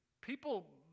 people